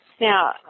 Now